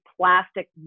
plastic